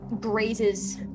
grazes